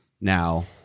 now